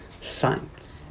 science